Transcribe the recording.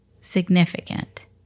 significant